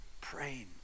praying